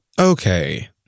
Okay